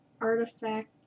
artifact